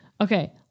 Okay